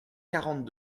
quarante